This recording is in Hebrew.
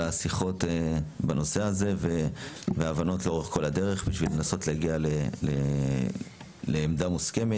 השיחות בנושא הזה וההבנות לאורך כל הדרך בשביל לנסות להגיע לעמדה מוסכמת.